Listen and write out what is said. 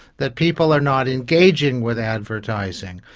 that people are not engaging with advertising,